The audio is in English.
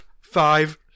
Five